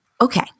Okay